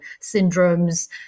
syndromes